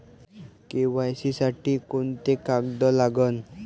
KYC साठी कोंते कागद लागन?